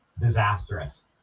disastrous